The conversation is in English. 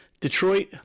Detroit